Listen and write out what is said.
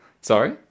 Sorry